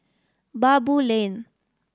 Baboo Lane